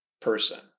person